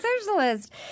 socialist